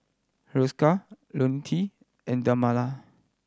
Hiruscar Ionil T and Dermale